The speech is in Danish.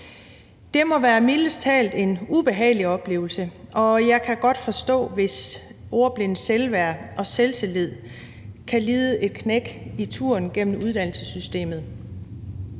Det må være mildest talt en ubehagelig oplevelse, og jeg kan godt forstå, hvis ordblindes selvværd og selvtillid kan lide et knæk i turen igennem uddannelsessystemet.